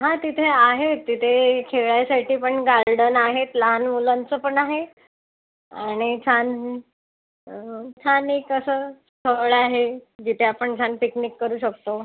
हा तिथे आहे तिथे खेळायसाठी पण गार्डन आहे लहान मुलांचं पण आहे आणि छान छान एक असं स्थळ आहे जिथे आपण छान पिकनिक करू शकतो